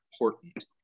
important